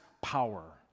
power